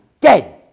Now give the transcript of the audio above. dead